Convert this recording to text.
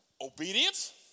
Obedience